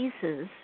pieces